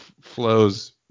flows